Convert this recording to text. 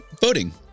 voting